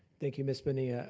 thank you, ms. bonilla.